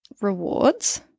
rewards